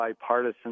bipartisan